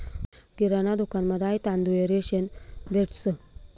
किराणा दुकानमा दाय, तांदूय, रेशन भेटंस